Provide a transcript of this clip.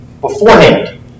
beforehand